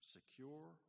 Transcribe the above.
Secure